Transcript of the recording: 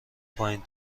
پایین